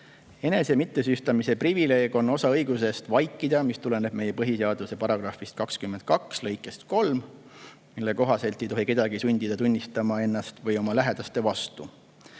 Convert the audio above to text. Enese mittesüüstamise privileeg on osa õigusest vaikida, mis tuleneb meie põhiseaduse § 22 lõikest 3, mille kohaselt ei tohi kedagi sundida tunnistama enda või oma lähedaste vastu.